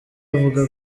avuga